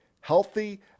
Healthy